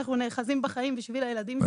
אנחנו נאחזים בחיים בשביל הילדים שלנו.